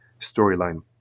storyline